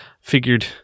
figured